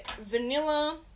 vanilla